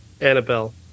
Annabelle